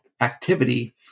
activity